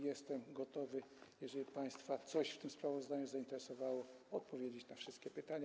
Jestem gotowy, jeżeli państwa coś w tym sprawozdaniu zainteresowało, odpowiedzieć na wszystkie pytania.